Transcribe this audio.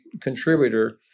contributor